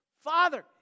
Father